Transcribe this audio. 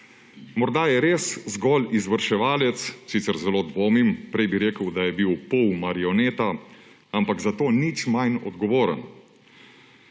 Morda je res zgolj izvrševalec, sicer zelo dvomim, prej bi rekel, da je bil polmarioneta, ampak zato nič manj odgovoren,